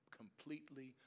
completely